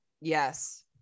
Yes